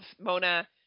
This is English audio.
Mona